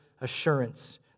assurance